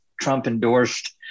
Trump-endorsed